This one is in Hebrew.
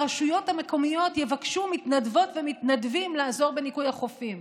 הרשויות המקומיות יבקשו מתנדבות ומתנדבים לעזור בניקוי החופים.